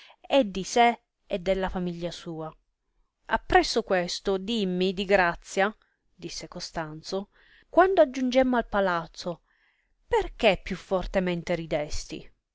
e di sé e della famiglia sua appresso questo dimmi di grazia disse costanzo quando aggiungemmo al palazzo per che più fortemente ridesti